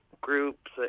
groups